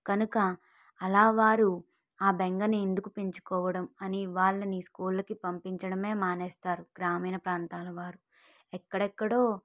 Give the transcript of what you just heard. కనుక అలా వారు ఆ బెంగని ఎందుకు పెంచుకోవడం అని వాళ్ళని స్కూళ్ళకి పంపించడం మానేస్తారు గ్రామీణ ప్రాంతాల వారు ఎక్కడెక్కడో